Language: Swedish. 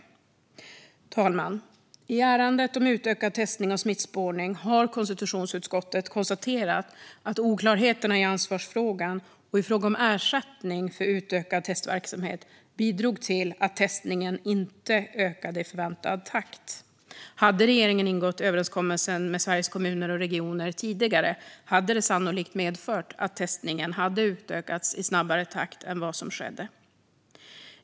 Fru talman! I ärendet om utökad testning och smittspårning har konstitutionsutskottet konstaterat att oklarheterna i ansvarsfrågan och i fråga om ersättning för utökad testverksamhet bidrog till att testningen inte ökade i förväntad takt. Om regeringen hade ingått överenskommelsen med Sveriges Kommuner och Regioner tidigare skulle det sannolikt ha medfört att testningen hade utökats i snabbare takt än vad som skedde.